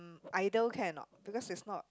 idol can or not because it's not